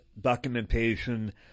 documentation